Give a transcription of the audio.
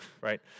right